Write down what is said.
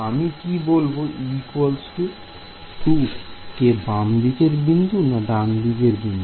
আমি কি বলবো e 2 কে বামদিকের বিন্দু না ডানদিকের বিন্দু